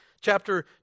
chapter